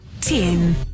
Tim